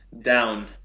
down